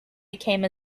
became